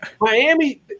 Miami